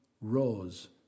rose